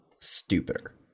stupider